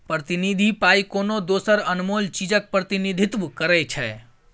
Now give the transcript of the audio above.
प्रतिनिधि पाइ कोनो दोसर अनमोल चीजक प्रतिनिधित्व करै छै